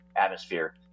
atmosphere